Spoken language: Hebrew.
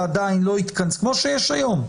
כמו שיש היום.